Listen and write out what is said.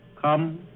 Come